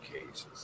cases